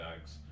bags